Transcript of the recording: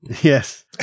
Yes